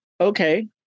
Okay